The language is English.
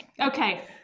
Okay